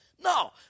No